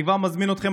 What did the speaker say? אני כבר מזמין אתכם,